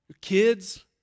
Kids